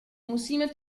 musíme